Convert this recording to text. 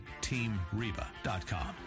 teamreba.com